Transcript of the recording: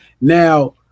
Now